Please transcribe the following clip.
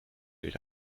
gilt